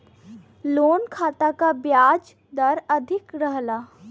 loan खाता क ब्याज दर अधिक रहला